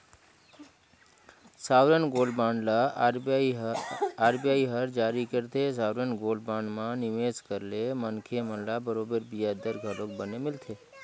sovereign gold bond ल RBI हर जारी करथे, सॉवरेन गोल्ड बांड म निवेस करे ले मनखे मन ल बरोबर बियाज दर घलोक बने मिलथे